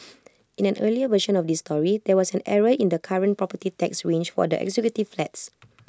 in an earlier version of this story there was an error in the current property tax range for executive flats